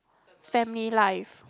family life